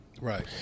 right